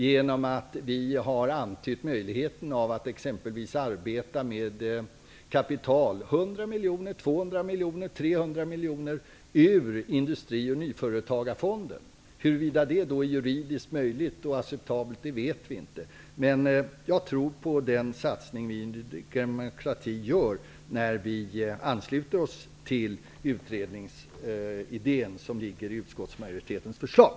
Vi antyder nämligen möjligheten att exempelvis arbeta med kapital -- 100 miljoner, 200 miljoner eller 300 miljoner -- från Industri och nyföretagarfonden. Huruvida detta är juridiskt möjligt och acceptabelt vet vi inte. Jag tror i varje fall på den satsning som vi i Ny demokrati gör när vi ansluter oss till utredningsidén i utskottsmajoritetens förslag.